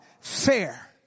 fair